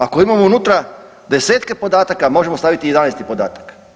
Ako imamo unutra desetke podataka možemo staviti i 11 podatak.